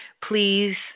Please